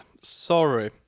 sorry